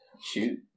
Shoot